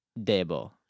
debo